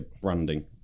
branding